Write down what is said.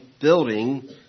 building